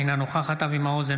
אינה נוכחת אבי מעוז,